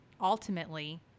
ultimately